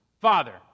Father